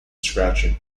scratching